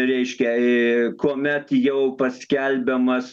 reiškia kuomet jau paskelbiamas